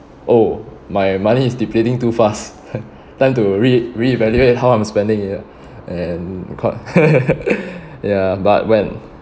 oh my money is depleting too fast time to re~ reevaluate how I'm spending it ah and record ya but when